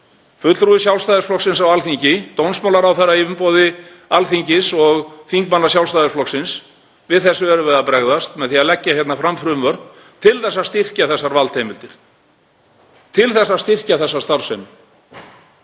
fulltrúi Sjálfstæðisflokksins á Alþingi, dómsmálaráðherra í umboði Alþingis og þingmanna Sjálfstæðisflokksins. Við þessu erum við að bregðast með því að leggja fram frumvörp til að styrkja þessar valdheimildir, til að styrkja þessa starfsemi.